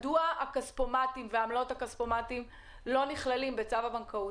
מדוע הכספומטים ועמלות הכספומטים לא נכללים בו?